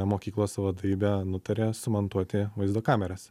mokyklos vadovybė nutarė sumontuoti vaizdo kameras